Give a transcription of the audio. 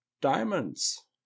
Diamonds